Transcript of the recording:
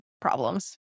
problems